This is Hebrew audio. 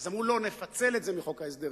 אז אמרו: לא, נפצל את זה מחוק ההסדרים.